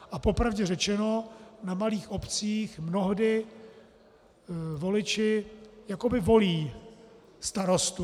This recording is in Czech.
A po pravdě řečeno, na malých obcích mnohdy voliči jakoby volí starostu.